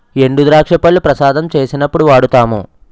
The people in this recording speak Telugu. ఎండుద్రాక్ష పళ్లు ప్రసాదం చేసినప్పుడు వాడుతాము